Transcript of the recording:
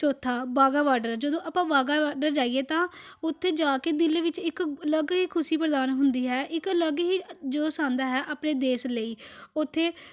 ਚੌਥਾ ਵਾਹਗਾ ਬਾਰਡਰ ਜਦੋਂ ਆਪਾਂ ਵਾਹਗਾ ਬਾਰਡਰ ਜਾਈਏ ਤਾਂ ਉੱਥੇ ਜਾ ਕੇ ਦਿਲ ਵਿੱਚ ਇੱਕ ਅਲੱਗ ਹੀ ਖੁਸ਼ੀ ਪ੍ਰਦਾਨ ਹੁੰਦੀ ਹੈ ਇੱਕ ਅਲੱਗ ਹੀ ਜੋਸ਼ ਆਉਂਦਾ ਹੈ ਆਪਣੇ ਦੇਸ਼ ਲਈ ਉੱਥੇ